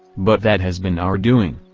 but that has been our doing.